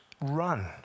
run